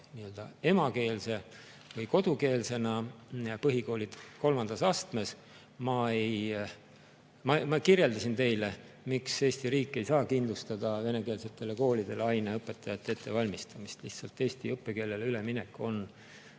emakeelse või kodukeelsena põhikooli kolmandas astmes. Ma kirjeldasin teile, miks Eesti riik ei saa kindlustada venekeelsetele koolidele aineõpetajate ettevalmistamist, eesti õppekeelele üleminek on